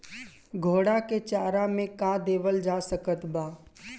घोड़ा के चारा मे का देवल जा सकत बा?